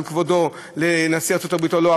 מכבודו" לנשיא ארצות הברית או לא,